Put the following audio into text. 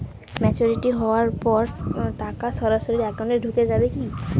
Maturity হওয়ার পর টাকা সরাসরি একাউন্ট এ ঢুকে য়ায় কি?